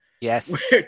Yes